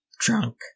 drunk